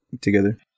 together